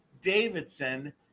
Davidson